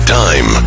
time